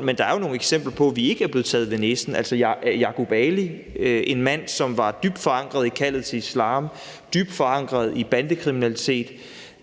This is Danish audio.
men der er jo eksempler på, at vi ikke er blevet taget ved næsen. Altså, der er Yaqoub Ali. En mand, som var dybt forankret i kaldet til islam og dybt forankret i bandekriminalitet